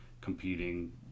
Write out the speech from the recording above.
competing